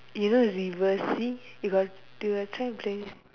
you know reverse you got you got try to play